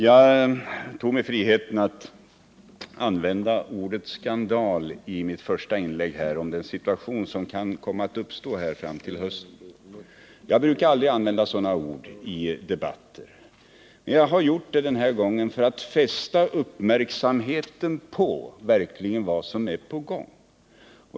Jag tog mig friheten att använda ordet skandal i mitt första inlägg om den situation som kan komma att uppstå till hösten. Jag brukar aldrig använda sådana ord i debatter, men jag har gjort det denna gång för att verkligen fästa uppmärksamheten på vad som är på gång.